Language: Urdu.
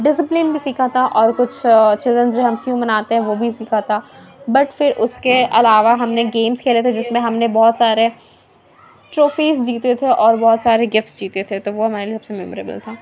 ڈسپلین بھی سیکھا تھا اور کچھ چلڈرنس ڈے ہم کیوں مناتے ہیں وہ بھی سیکھا تھا بٹ پھر اس کے علاوہ ہم نے گیمس کھیلے تھے جس میں ہم نے بہت سارے ٹرافیز جیتے تھے اور بہت سارے گفٹ جیتے تھے تو وہ ہمارے لیے سب سے ممبرایبل تھا